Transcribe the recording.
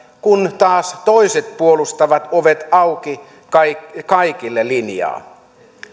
kun taas toiset puolustavat ovet auki kaikille kaikille linjaa